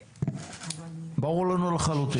ברור לנו לחלוטין.